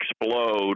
explode